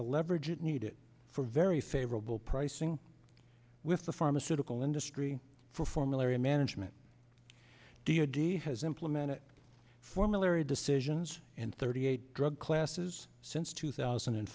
the leverage it needed for very favorable pricing with the pharmaceutical industry for formulary management d o d has implemented formulary decisions in thirty eight drug classes since two thousand and